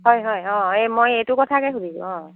হয় হয় অ' এই মই এইটো কথাকে সুধিছো অ'